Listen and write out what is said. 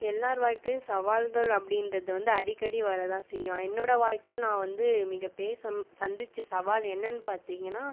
எல்லார் வாழ்க்கையிலும் சவால்கள் அப்படின்றது வந்து அடிக்கடி வர தான் செய்யும் என்னோடய வாழ்க்கையில் நான் வந்து மிகப்பெரிய சம் சந்திச்ச சவால் என்னென்னு பார்த்தீங்கனா